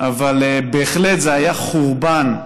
אבל בהחלט, זה היה חורבן,